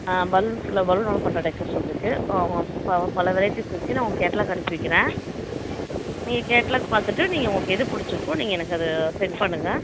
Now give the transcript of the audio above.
பலூன்ஸில் பலூனால் பண்ணுற டெக்ரேஷன் இருக்குது பல பல வெரைட்டிஸ் இருக்குது நான் உங்களுக்கு கேட்லாக் அனுப்பி வைக்கறேன் நீங்கள் கேட்லாக் பார்த்துட்டு நீங்கள் உங்களுக்கு எது பிடிச்சிருக்கோ நீங்கள் எனக்கு அது சென்ட் பண்ணுங்க